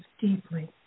deeply